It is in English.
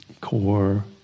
core